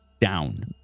Down